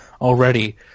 already